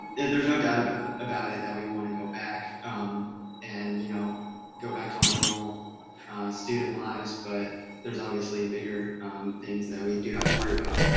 there's no doubt about about it. that we want to go back and you know go back to our normal student lives. but there's obviously bigger things that we do have to worry about.